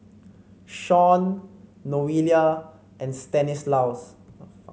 Shaun Noelia and Stanislaus